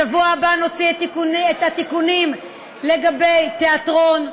בשבוע הבא נוציא את התיקונים לגבי תיאטרון,